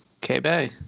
K-Bay